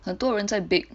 很多人在 bake